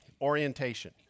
orientation